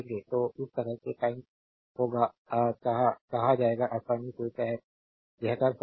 तो इस तरह है कि टाइम होगा कहा जाएगा आसानी से यह कर सकते हैं